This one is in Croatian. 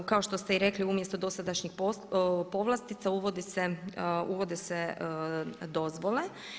Kao što ste i rekli umjesto dosadašnjih povlastica uvode se dozvole.